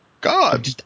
God